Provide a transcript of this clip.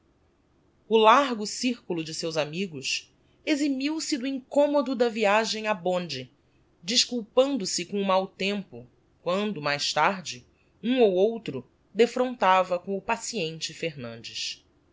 o largo circulo de seus amigos eximiu se do incommodo da viagem a bond desculpando-se com o mau tempo quando mais tarde um ou outro defrontava com o paciente fernandes